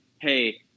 hey